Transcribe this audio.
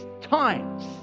times